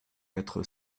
quatre